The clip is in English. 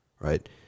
right